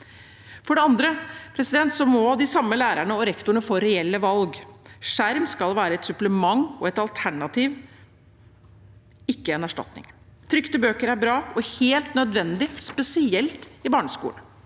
For det andre må de samme lærerne og rektorene få reelle valg. Skjerm skal være et supplement og et alternativ – ikke en erstatning. Trykte bøker er bra og helt nødvendig, spesielt i barneskolen,